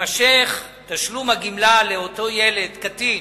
יימשך תשלום הגמלה לאותו קטין